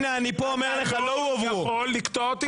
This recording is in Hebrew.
אני מבינה מהדיון כאן שזה לא קרה עכשיו.